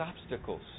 obstacles